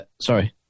Sorry